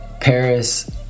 paris